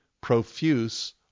Profuse